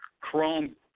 Chrome